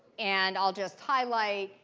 and i'll just highlight.